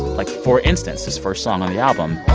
like, for instance, this first song on the album.